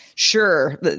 Sure